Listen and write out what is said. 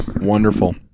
Wonderful